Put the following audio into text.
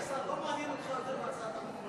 אדוני השר, לא מעניין אותו על מה הכצים מדברים